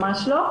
ממש לא,